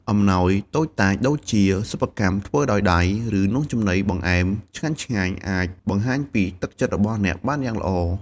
អំណោយតូចតាច ដូចជាសិប្បកម្មធ្វើដោយដៃ ឬ នំចំណីបង្អែមឆ្ងាញ់ៗ អាចបង្ហាញពីទឹកចិត្តរបស់អ្នកបានយ៉ាងល្អ។